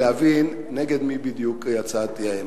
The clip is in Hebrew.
להבין נגד מי בדיוק הצעת אי-האמון.